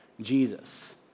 Jesus